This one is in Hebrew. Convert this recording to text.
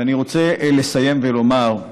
אני רוצה לסיים ולומר: